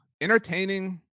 entertaining